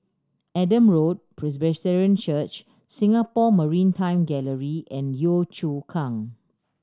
Adam Road Presbyterian Church Singapore Maritime Gallery and Yio Chu Kang